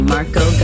Marco